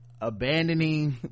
abandoning